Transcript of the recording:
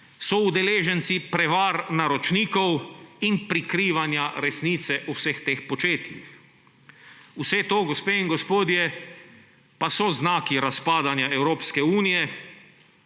soudeleženci prevar naročnikov in prikrivanja resnice o vseh teh početjih. Vse to, gospe in gospodje, pa so znaki razpadanja Evropske unije,